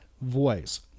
voice